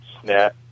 snap